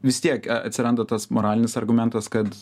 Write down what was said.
vis tiek atsiranda tas moralinis argumentas kad